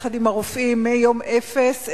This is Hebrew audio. מיום אפס,